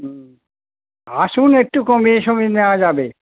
হুম আসুন একটু কমিয়ে ব সমিয়ে নেওয়া যাবে